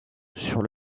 sur